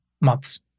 months